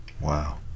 Wow